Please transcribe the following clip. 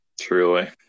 Truly